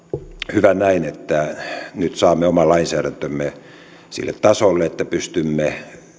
hyvä näin että nyt saamme oman lainsäädäntömme sille tasolle että pystymme